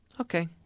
Okay